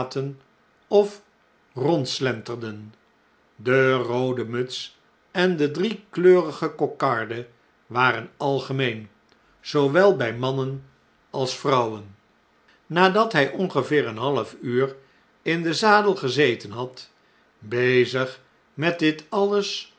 of rondslenterden de roode muts en de driekleurige kokarde waren algemeen zoowel bij mannen als vrouwen nadat hij ongeveer een half uur in den zadel gezeten had bezig met dit alles